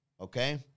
Okay